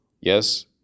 Yes